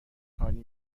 هانی